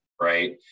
right